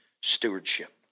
stewardship